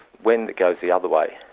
when it goes the other way,